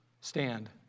stand